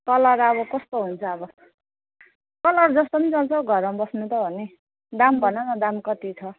colour अब कस्तो हुन्छ अब कलर जस्तो पनि चल्छ हौ घरमा बस्नु त हो नि दाम भन न दाम कति छ